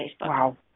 Wow